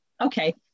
okay